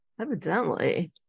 Evidently